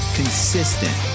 consistent